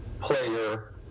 player